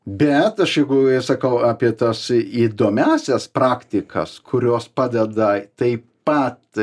bet aš jeigu sakau apie tas įdomiąsias praktikas kurios padeda taip pat